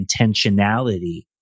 intentionality